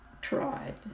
tried